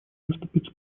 выступить